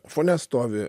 fone stovi